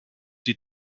die